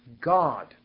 God